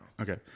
Okay